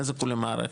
הנזק הוא למערכת,